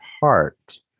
heart